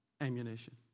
ammunition